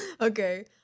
Okay